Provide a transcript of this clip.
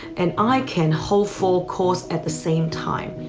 and i can hold for course at the same time.